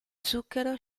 zucchero